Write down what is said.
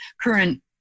current